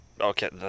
Okay